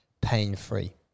pain-free